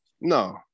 No